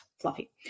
fluffy